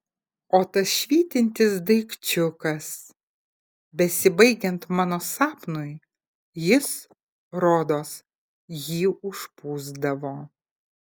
o tas švytintis daikčiukas besibaigiant mano sapnui jis rodos jį užpūsdavo